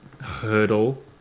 hurdle